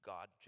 God